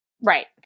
Right